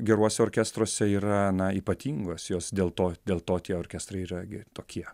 geruose orkestruose yra na ypatingos jos dėl to dėl to tie orkestrai yra gi tokie